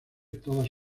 todas